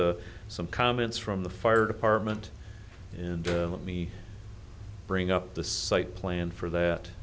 some comments from the fire department and let me bring up the site plan for that